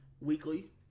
weekly